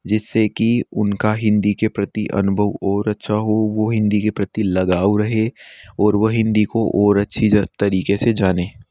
जिस से कि उन का हिंदी के प्रति अनुभव और अच्छा हो वो हिंदी के प्रति लगाव रखें और वह हिंदी को और अच्छी तरीक़े से जानें